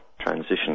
transition